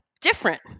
different